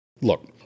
Look